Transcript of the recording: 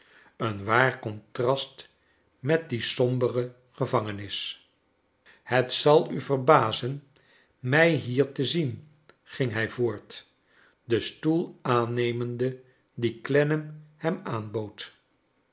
een w t aar contrast met die sombere gevangenis het zal u verbazen mij hier te zien ging hij voort den stool aannemende dien clennam hem aan